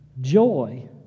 joy